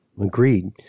Agreed